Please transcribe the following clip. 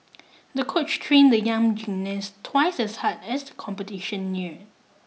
the coach trained the young gymnast twice as hard as the competition neared